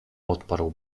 odparł